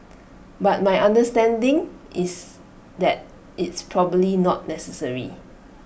but my understanding is that it's probably not necessary